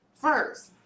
first